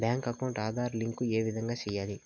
Bank account Aadhaar link ఏ విధంగా సెయ్యాలి?